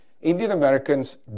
Indian-Americans